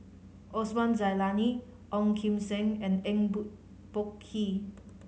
Osman Zailani Ong Kim Seng and Eng Boh Kee